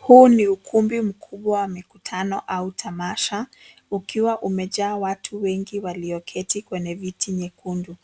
Huu ni ukumbi mkubwa wa mikutano au tamasha ukiwa umejaa watu wengi walioketi kwenye viti nyekundu